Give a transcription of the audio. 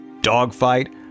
Dogfight